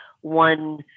one